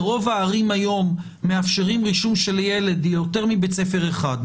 ברוב הערים היום מאפשרים רישום של ילד ליותר מבית ספר אחד,